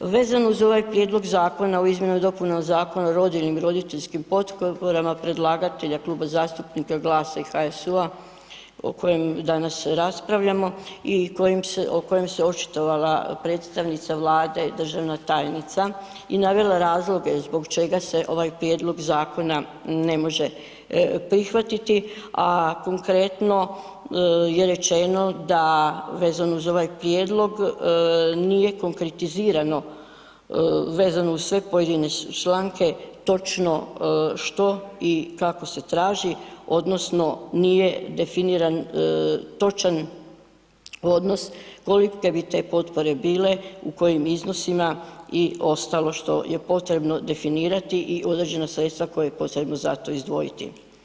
Vezano uz ovaj Prijedlog Zakona o izmjenama i dopunama Zakona o rodiljnim i roditeljskim potporama predlagatelja Kluba zastupnika GLAS-a i HSU-a o kojem danas raspravljamo i o kojem se očitovala predstavnica Vlade, državna tajnica i navela razloge zbog čega se ovaj prijedlog zakona ne može prihvatiti, a konkretno je rečeno da vezano uz ovaj prijedlog nije konkretizirano vezano uz sve pojedine članke točno što i kako se traži odnosno nije definiran točan odnos kolike bi te potpore bile, u kojim iznosima i ostalo što je potrebno definirati i određena sredstava koja je potrebno za to izdvojiti.